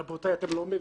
רבותיי, אתם לא מבינים,